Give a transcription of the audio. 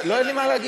לא, אין לי מה להגיד.